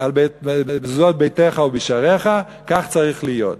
על מזוזות ביתך ובשעריך, כך צריך להיות.